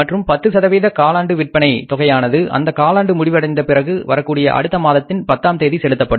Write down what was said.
மற்றும் 10 சதவீத காலாண்டு விற்பனை தொகையானது அந்த காலாண்டு முடிந்த பிறகு வரக்கூடிய அடுத்த மாதத்தில் பத்தாம் தேதி செலுத்தப்படும்